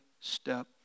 step